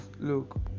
look